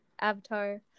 Avatar